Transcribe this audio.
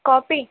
copy